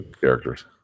characters